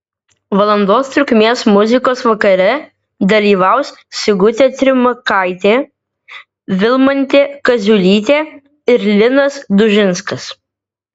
valandos trukmės muzikos vakare dalyvaus sigutė trimakaitė vilmantė kaziulytė ir linas dužinskas